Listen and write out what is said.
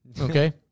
Okay